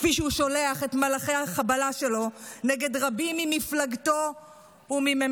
כפי שהוא שולח את מלאכי החבלה שלו נגד רבים במפלגתו ובממשלתו.